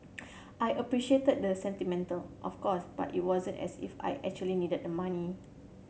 I appreciated that the sentiment of course but it wasn't as if I actually needed the money